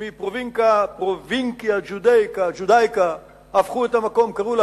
מ"פרובינקיה ג'ודאיקה" הפכו את המקום וקראו לה